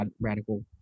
Radical